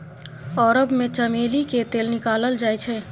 अरब मे चमेली केर तेल निकालल जाइ छै